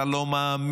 אתה לא מאמין.